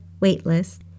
waitlist